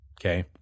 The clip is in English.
okay